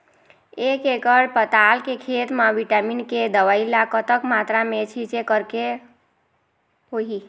एक एकड़ पताल के खेत मा विटामिन के दवई ला कतक मात्रा मा छीचें करके होही?